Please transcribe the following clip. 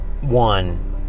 one